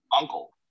uncle